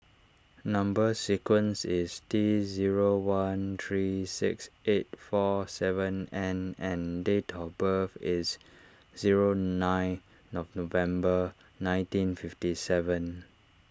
Number Sequence is T zero one three six eight four seven N and date of birth is zero nine November nineteen fifty seven